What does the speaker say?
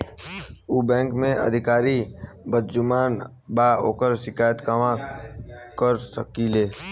उ बैंक के अधिकारी बद्जुबान बा ओकर शिकायत कहवाँ कर सकी ले